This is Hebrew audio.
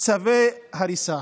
צווי הריסה.